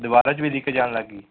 ਦਿਵਾਰਾਂ 'ਚ ਵੀ ਲੀਕੇਜ ਆਉਣ ਲੱਗ ਗਈ